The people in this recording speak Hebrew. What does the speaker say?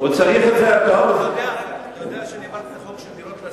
אתה יודע שהעברתי את החוק לדירות להשכרה,